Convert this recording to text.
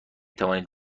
توانید